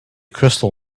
crystal